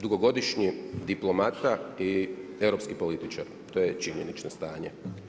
Dugogodišnji diplomata i europski političar, to je činjenično stanje.